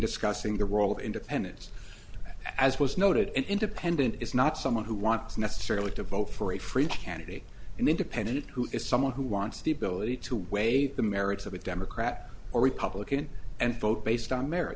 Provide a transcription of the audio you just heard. discussing the role of independents as was noted an independent is not someone who wants necessarily to vote for a free candidate an independent who is someone who wants the ability to weigh the merits of a democrat or republican and vote based on merit